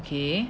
okay